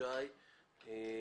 שי קינן.